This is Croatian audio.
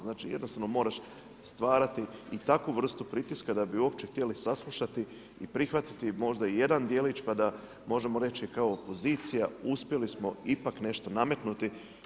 Znači, jednostavno moraš stvarati i takvu vrstu pritiska da bi uopće htjeli saslušati i prihvatiti možda jedan djelić, pa da možemo reći kao opozicija uspjeli smo ipak nešto nametnuti.